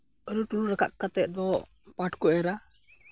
ᱟᱨ ᱟᱹᱞᱩ ᱴᱟᱹᱞᱩ ᱨᱟᱠᱟᱵ ᱠᱟᱛᱮᱫ ᱫᱚ ᱯᱟᱴ ᱠᱚ ᱮᱨᱟ